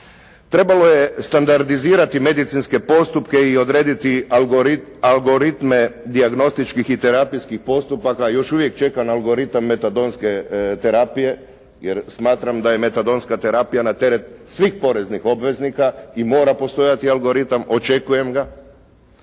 Trebalo je standardizirati medicinske postupke i odrediti algoritme dijagnostičkih i terapijskih postupaka. Još uvijek čeka na algoritam metadonske terapije, jer smatram da je metadonska terapija na teret svih poreznih obveznika i mora postojati algoritam očekujem ga